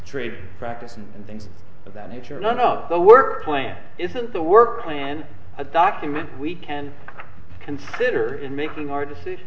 trade practices and things of that nature not all the work plan isn't the work plan a document we can consider in making our decision